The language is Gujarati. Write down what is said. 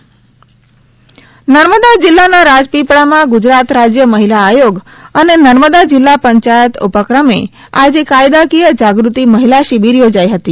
કાયદાકીય જાગૃતિ શિબિર નર્મદા જિલ્લાના રાજપીપળામાં ગુજરાત રાજય મહિલા આયોગ અને નર્મદા જિલ્લા પંચાયત ઉપક્રમે આજે કાયદાકીય જાગૃતિ મહિલા શિબિર યોજાઇ હતી